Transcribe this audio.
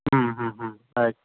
ಆಯಿತು